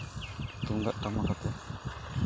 ᱛᱩᱢᱫᱟᱜ ᱴᱟᱢᱟᱠ ᱟᱛᱮᱫ